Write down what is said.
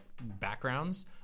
backgrounds